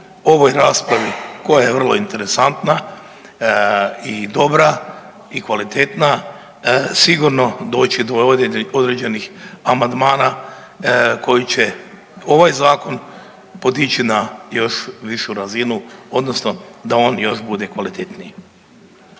ovoj raspravi koja je vrlo interesantna i dobra i kvalitetna, sigurno doći do određenih amandmana koji će ovaj zakon podići na još višu razinu odnosno da on još bude kvalitetniji.